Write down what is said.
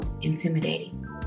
intimidating